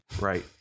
Right